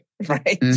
right